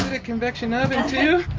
a convection oven too